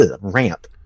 ramp